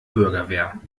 bürgerwehr